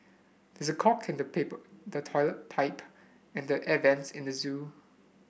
this is a clog in the paper the toilet pipe and the air vents in the zoo